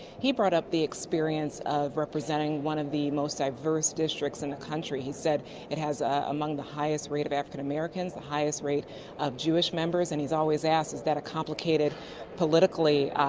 he brought up the experience of representing one of the most diverse districts in the country. he said it has ah among the highest rate of african-americans, the highest rate of jewish members and he is always asking, is that complicated politically?